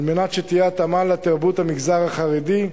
על מנת שתהיה התאמה לתרבות המגזר החרדי.